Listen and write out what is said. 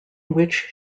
which